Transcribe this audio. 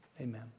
Amen